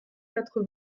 quatre